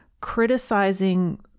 criticizing